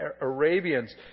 Arabians